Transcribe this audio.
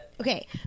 Okay